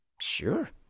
sure